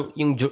yung